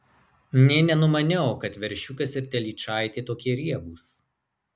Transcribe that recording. nė nenumaniau kad veršiukas ir telyčaitė tokie riebūs